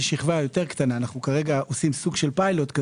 שכבה יותר קטנה אנחנו עושים סוג של פילוט,